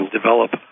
develop